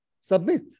submit